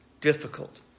difficult